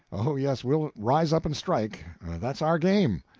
oh, yes, we'll rise up and strike that's our game.